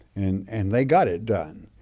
and and they got it done.